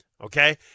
Okay